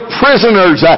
prisoners